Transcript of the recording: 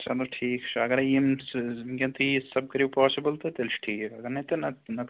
چَلو ٹھیٖک چھُ اگرٔے یِم کٔرِو پواسِبٕل تہٕ تیٚلہِ چھُ ٹھیٖک اگرنٔے تہٕ نَہ تہٕ نَہ تہٕ